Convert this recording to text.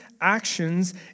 actions